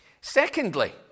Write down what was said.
Secondly